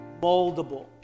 moldable